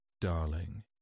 darling